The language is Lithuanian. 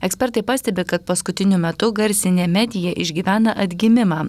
ekspertai pastebi kad paskutiniu metu garsinė medija išgyvena atgimimą